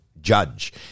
judge